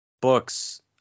books